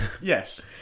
Yes